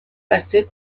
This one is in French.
passait